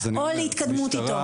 או להתקדמות איתו.